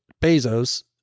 Bezos